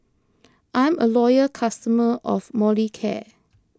I'm a loyal customer of Molicare